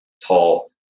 tall